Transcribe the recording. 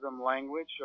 language